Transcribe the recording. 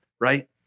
right